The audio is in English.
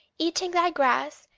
eating thy grass,